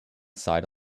side